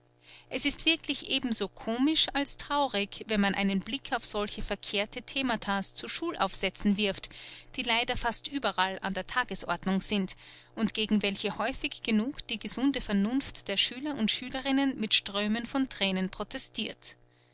es ist wirklich ebenso komisch als traurig wenn man einen blick auf solche verkehrte themata's zu schulaufsätzen wirft die leider fast überall an der tagesordnung sind und gegen welche häufig genug die gesunde vernunft der schüler und schülerinnen mit strömen von thränen protestirt